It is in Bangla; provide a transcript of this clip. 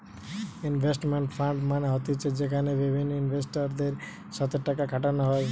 ইনভেস্টমেন্ট ফান্ড মানে হতিছে যেখানে বিভিন্ন ইনভেস্টরদের সাথে টাকা খাটানো হয়